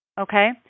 okay